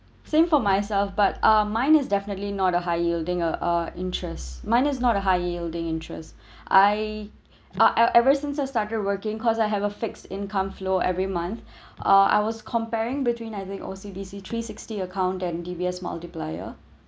same for myself but um mine is definitely not a high yielding uh interest mine is not a high yielding interest I I I ever since I started working because I have a fixed income flow every month uh I was comparing between I think O_C_B_C three sixty account and D_B_S multiplier